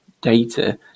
data